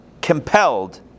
compelled